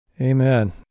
Amen